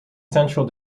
central